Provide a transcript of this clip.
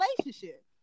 relationship